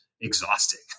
exhausting